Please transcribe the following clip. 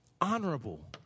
honorable